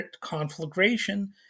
conflagration